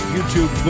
YouTube